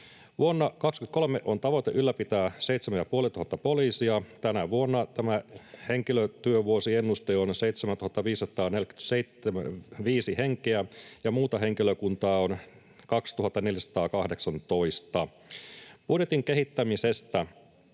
Vuonna 23 on tavoite ylläpitää seitsemän ja puolituhatta poliisia. Tänä vuonna tämä henkilötyövuosiennuste on 7 545 henkeä ja muuta henkilökuntaa on 2 418. Budjetin kehittämisestä: